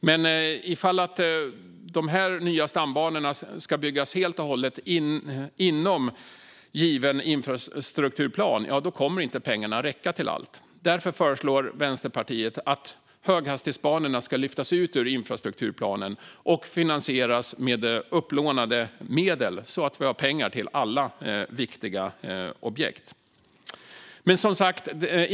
Men om dessa nya stambanor ska byggas helt och hållet inom given infrastrukturplan kommer inte pengarna att räcka till allt. Därför föreslår Vänsterpartiet att höghastighetsbanorna ska lyftas ut ur infrastrukturplanen och finansieras med upplånade medel, så att vi har pengar till alla viktiga objekt.